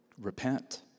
Repent